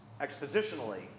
expositionally